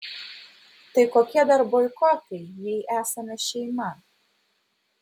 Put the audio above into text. tai kokie dar boikotai jei esame šeima